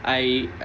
I